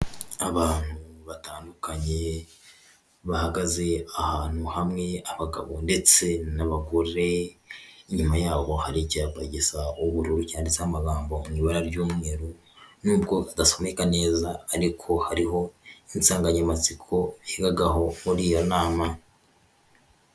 Abantu batandukanye bahagaze ahantu hamwe abagabo ndetse n'abagore, inyuma yabo hari icyaba gisa ubururu cyanditse amagambo mu ibara ry'umweru, nubwo kidasomeka neza ariko hariho insanganyamatsiko bigagaho muri iyo nama.